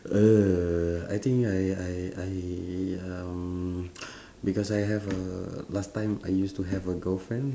uh I think I I I um because I have uh last time I use to have a girlfriend